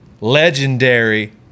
legendary